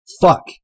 fuck